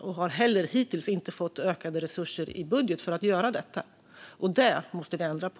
Man har hittills inte heller fått ökade resurser i budgeten för att göra det, och det måste vi ändra på.